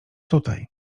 tutaj